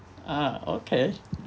ah okay